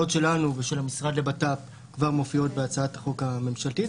המשרד לבט"פ כבר מופיעות בהצעת החוק הממשלה,